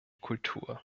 kultur